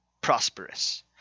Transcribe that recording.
prosperous